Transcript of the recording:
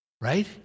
Right